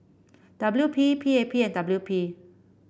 W P P A P and W P